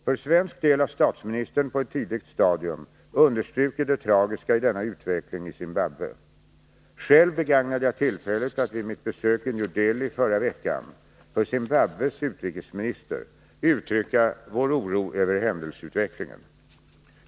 För svensk del har statsministern på ett tidigt stadium understrukit det tragiska i denna utveckling i Zimbabwe. Själv begagnade jag tillfället att vid mitt besök i New Delhi i förra veckan för Zimbabwes utrikesminister uttrycka vår oro över händelseutvecklingen.